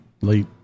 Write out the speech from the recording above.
Late